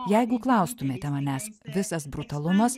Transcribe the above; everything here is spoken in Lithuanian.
jeigu klaustumėte manęs visas brutalumas